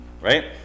right